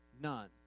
none